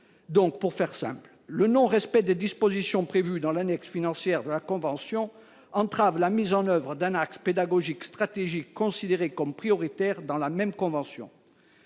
2024. Pour faire simple, le non respect des dispositions prévues dans l’annexe financière de la convention entrave la mise en œuvre d’un axe pédagogique stratégique, considéré comme prioritaire dans la même convention.